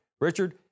Richard